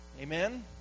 Amen